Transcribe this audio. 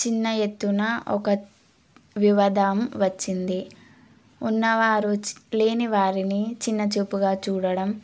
చిన్న ఎత్తున ఒక వివాదం వచ్చింది ఉన్నవారొచ్చి లేని వారిని చిన్నచూపుగా చూడటం